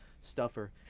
stuffer